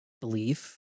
belief